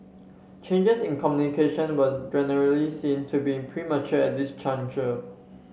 changes in communication were generally seen to be premature at this juncture